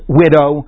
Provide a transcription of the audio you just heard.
widow